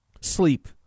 Sleep